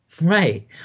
Right